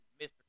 Mr